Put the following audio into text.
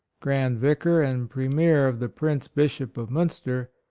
grand yicar and premier of the prince-bishop of munster,